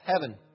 heaven